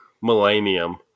Millennium